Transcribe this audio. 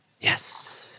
yes